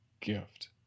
gift